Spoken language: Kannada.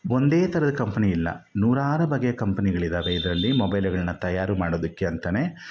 ಒಂದೇ ಥರದ ಕಂಪ್ನಿ ಇಲ್ಲ ನೂರಾರು ಬಗೆಯ ಕಂಪ್ನಿಗಳು ಇದ್ದಾವೆ ಇದರಲ್ಲಿ ಮೊಬೈಲ್ಗಳನ್ನು ತಯಾರು ಮಾಡೋದಕ್ಕೆ ಅಂತಲೇ